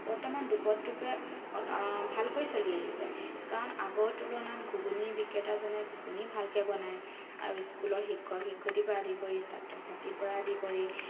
বৰ্তমান দোপতদোপে ভালকৈ চলি আহিছে কাৰণ আগৰ তুলনাত ঘুগুনি বিক্ৰেতাজনে ঘুগুনি ভালকৈ বনাই আৰু স্কুলৰ শিক্ষক শিক্ষয়িত্ৰী পৰা আদি কৰি ছাত্ৰ ছাত্ৰী পৰা আদি কৰি